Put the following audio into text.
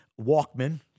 Walkman